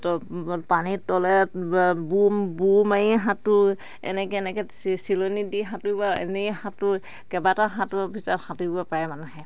পানীত তলে বুৰ মাৰি সাঁতোৰ এনেকে এনেকে চিলনী দি সাঁতুৰিব এনেই সাঁতোৰ কেইবাটা সাঁতোৰৰ ভিতৰত সাঁতুৰিব পাৰে মানুহে